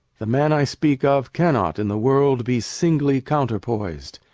the man i speak of cannot in the world be singly counterpois'd.